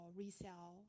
resell